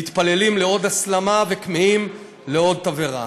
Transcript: מתפללים לעוד הסלמה וכמהים לעוד תבערה.